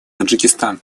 таджикистан